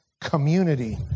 Community